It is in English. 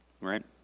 right